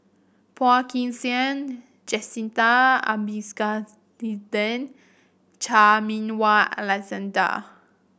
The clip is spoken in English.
Phua Kin Siang Jacintha Abisheganaden Chan Meng Wah Alexander